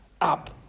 up